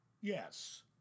Yes